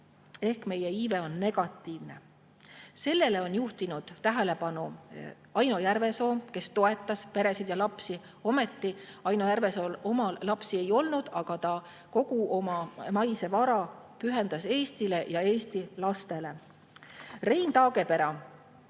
Ehk meie iive on negatiivne. Sellele on juhtinud tähelepanu Aino Järvesoo, kes toetas meie peresid ja lapsi. Aino Järvesool omal lapsi ei olnud, aga ta kogu oma maise vara pühendas Eestile ja Eesti lastele. Rein Taagepera,